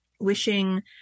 wishing